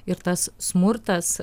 ir tas smurtas